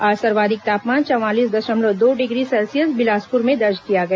आज सर्वाधिक तापमान चावालीस दशमलव दो डिग्री सेल्सियस बिलासपुर में दर्ज किया गया